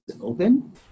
open